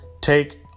take